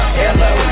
hello